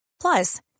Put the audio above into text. Plus